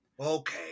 okay